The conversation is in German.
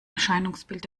erscheinungsbild